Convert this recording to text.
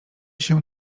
się